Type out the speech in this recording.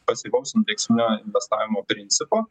pasyvaus indeksinio investavimo principo